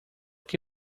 que